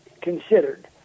considered